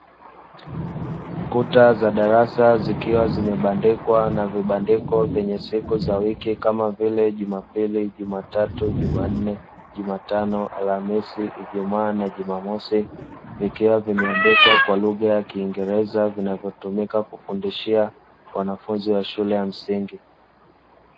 Kuta za darasa, zikiwa zimebandikwa na vibandiko vyenye siku za wiki, kama vile: jumapili, jumatatu, jumanne, jumatano, alhamisi, ijumaa na jumamosi. Vikiwa vimeandikwa kwa lugha ya kiingereza, vinavyotumika kufundishia wanafunzi wa shule ya msingi.